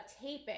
taping